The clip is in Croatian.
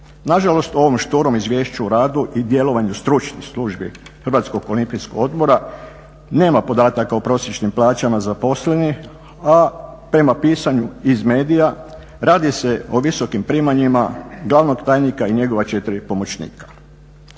Nažalost, u ovom šturom izvješću o radu i djelovanju stručnih službi Hrvatskog olimpijskog odbora nema podataka o prosječnim plaćama zaposlenih, a prema pisanju iz medija radi se o visokim primanjima glavnog tajnika i njegova četiri pomoćnika.